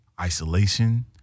isolation